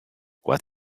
what